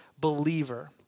believer